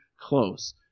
close